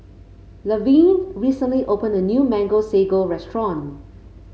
Laverne recently opened a new Mango Sago restaurant